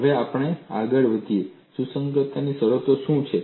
હવે આપણે આગળ વધીએ સુસંગતતા શરતો શું છે